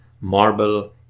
marble